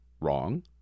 Wrong